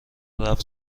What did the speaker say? رفت